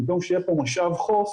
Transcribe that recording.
במקום שיהיה פה משאב חוף,